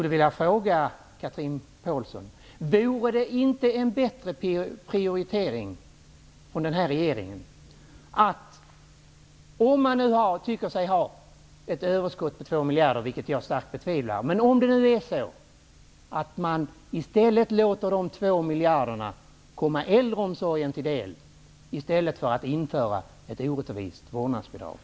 Vore det inte en bättre prioritering från denna regering, Chatrine Pålsson, att om man nu anser att det finns ett överskott på 2 miljarder kronor -- vilket jag starkt betvivlar -- låta de två miljarderna komma äldreomsorgen till del i stället för att införa ett orättvist vårdnadsbidrag?